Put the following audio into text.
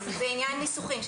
אז זה עניין ניסוחי.